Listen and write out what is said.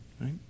right